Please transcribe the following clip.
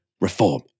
reform